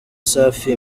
safi